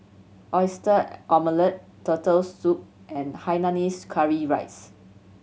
Oyster Omelette Turtle Soup and hainanese curry rice